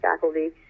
faculty